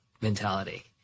mentality